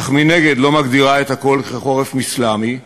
אך מנגד לא מגדירה את הכול כחורף אסלאמי,